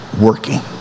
working